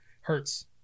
hurts